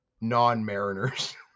non-mariners